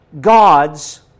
God's